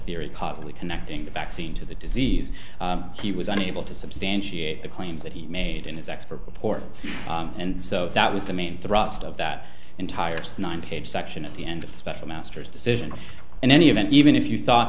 theory possibly connecting the vaccine to the disease he was unable to substantiate the claims that he made in his expert report and so that was the main thrust of that entire nine page section at the end special masters decision in any event even if you thought